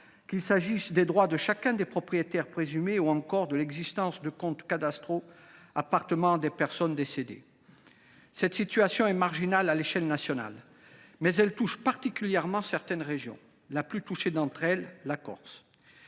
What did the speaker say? qu’il s’agisse des droits de chacun des propriétaires présumés ou encore de l’existence de comptes cadastraux appartenant à des personnes décédées. Si cette situation est marginale à l’échelle nationale, elle concerne particulièrement certaines régions, la plus touchée d’entre elles étant la Corse.